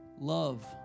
Love